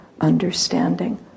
understanding